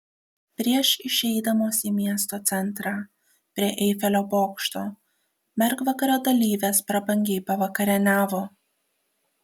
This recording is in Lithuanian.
prieš išeidamos į miesto centrą prie eifelio bokšto mergvakario dalyvės prabangiai pavakarieniavo